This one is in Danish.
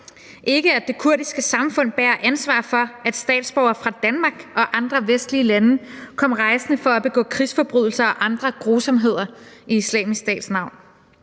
ikke, at det kurdiske samfund bærer ansvaret for, at statsborgere fra Danmark og andre vestlige lande kom rejsende for at begå krigsforbrydelser og andre grusomheder i Islamisk Stats navn,